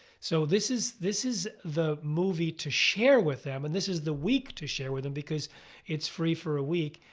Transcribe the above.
so this is this is the movie to share with them and this is the week to share with them because it's free for a week.